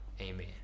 amen